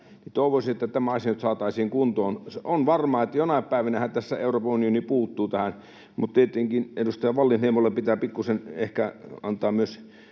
Toivoisin, että tämä asia nyt saataisiin kuntoon. On varmaa, että jonain päivänähän tässä Euroopan unioni puuttuu tähän. Mutta tietenkin edustaja Wallinheimolle pitää pikkusen ehkä antaa myös